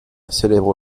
célèbre